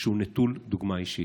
שהוא נטול דוגמה אישית.